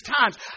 times